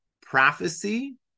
prophecy